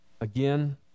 again